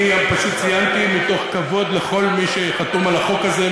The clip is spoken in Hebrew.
אני פשוט ציינתי מתוך כבוד לכל מי שחתום על החוק הזה,